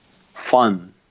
fun